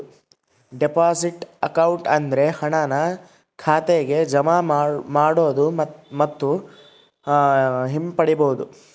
deposit account ಅಂದ್ರೆ ಹಣನ ಖಾತೆಗೆ ಜಮಾ ಮಾಡೋದು ಮತ್ತು ಹಿಂಪಡಿಬೋದು